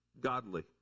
godly